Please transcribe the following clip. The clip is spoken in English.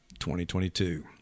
2022